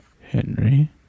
Henry